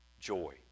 joy